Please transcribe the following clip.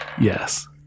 yes